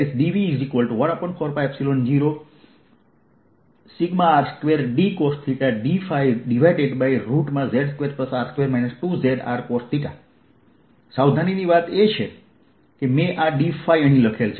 dV14π0R2dcosθdϕz2R2 2zRcosθ સાવધાનીની વાત એ છે કે મેં આ dϕ અહીં લખેલ છે